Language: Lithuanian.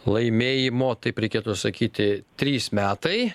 laimėjimo taip reikėtų sakyti trys metai